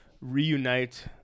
reunite